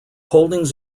holdings